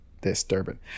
disturbing